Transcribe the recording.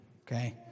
Okay